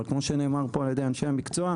כמו שנאמר פה על ידי אנשי המקצועי,